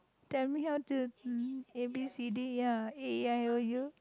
tell me how to A B C D ya A E I O U